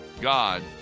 God